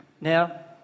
Now